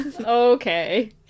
Okay